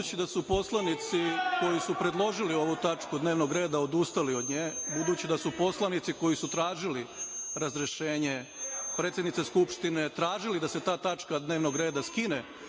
Budući da su poslanici koji su predložili ovu tačku dnevnog reda odustali od nje, budući da su poslanici koji su tražili razrešenje predsednice Skupštine tražili da se ta tačka dnevnog reda skine